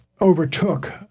overtook